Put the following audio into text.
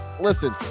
Listen